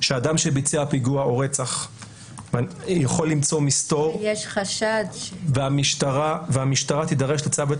שאדם שביצע פיגוע או רצח יכול למצוא מסתור והמשטרה תידרש לצו בית